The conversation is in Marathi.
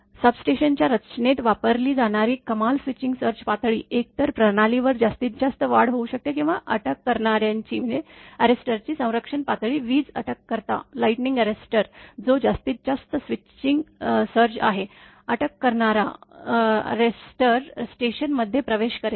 सबस्टेशनच्या रचनेत वापरली जाणारी कमाल स्विचिंग सर्ज पातळी एकतर प्रणालीवर जास्तीत जास्त वाढ होऊ शकते किंवा अटक करणाऱ्याची संरक्षक पातळी वीज अटक कर्ता जो जास्तीत जास्त स्विचिंग सर्ज आहे अटक करणारा स्टेशन मध्ये प्रवेश करेल